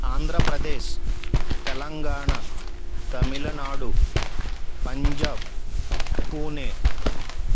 Andhra Pradesh Telangana Tamil Nadu Punjab Pune